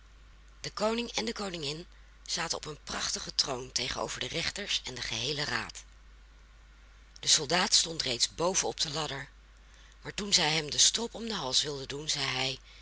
de koning en de koningin zaten op een prachtigen troon tegenover de rechters en den geheelen raad de soldaat stond reeds boven op de ladder maar toen zij hem den strop om den hals wilden doen zeide hij